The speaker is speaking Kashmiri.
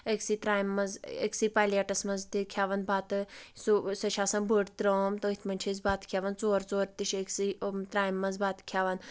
أکسٕے ترامہِ منٛز أکسٕے پَلیٹس منٛز تہِ کھٮ۪وان بَتہٕ سُہ سۄ چھِ آسان بٔڑ ترٲم تٔتھۍ منٛز چھِ أسۍ بَتہٕ کھٮ۪وان ژور ژور تہِ چھِ أکسٕے ترامہِ منٛز بَتہٕ کھٮ۪وان